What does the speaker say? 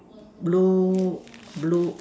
blue blue